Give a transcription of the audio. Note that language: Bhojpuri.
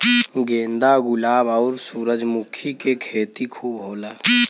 गेंदा गुलाब आउर सूरजमुखी के खेती खूब होला